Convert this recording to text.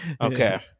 Okay